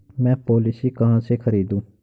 मैं पॉलिसी कहाँ से खरीदूं?